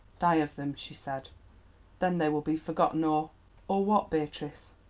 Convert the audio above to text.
die of them, she said then they will be forgotten, or or what, beatrice?